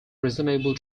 reasonable